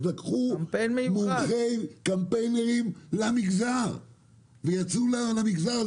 אז לקחו מומחי קמפיינרים למגזר ויצאו למגזר.